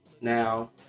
now